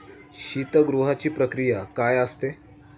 शीतगृहाची प्रक्रिया काय असते?